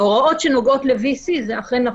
ההוראות שנוגעות ל VC זה אכן נכון.